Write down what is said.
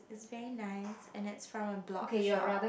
very nice and it's from a blog shop